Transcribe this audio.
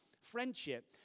friendship